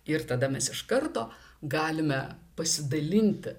ir tada mes iš karto galime pasidalinti